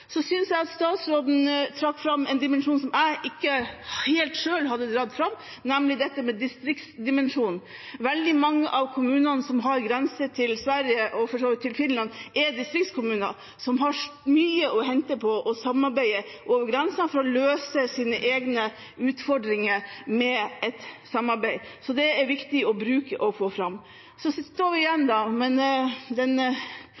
Jeg synes statsråden trakk fram en dimensjon som jeg selv ikke helt dro fram, nemlig distriktsdimensjonen. Veldig mange av kommunene som har grense mot Sverige og for så vidt mot Finland, er distriktskommuner som har mye å hente på å samarbeide over grensen for å løse sine utfordringer. Det er viktig å få fram og bruke. Vi står tilbake med det virkelig uløste problemet, som ikke bare er